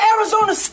Arizona